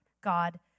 God